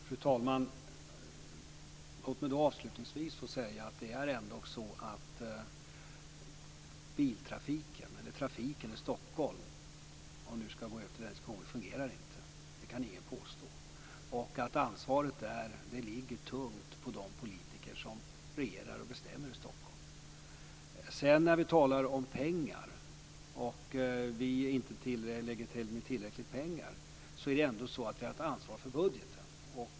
Fru talman! Låt mig avslutningsvis få säga att det ändock är så att trafiken i Stockholm, om vi nu ska gå över till den, inte fungerar. Det kan ingen påstå. Ansvaret för det vilar tungt på de politiker som regerar och bestämmer i Stockholm. När vi talar om pengar och att vi inte lägger tillräckligt mycket pengar är det ändå så att vi har ett ansvar för budgeten.